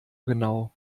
genau